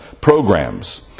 programs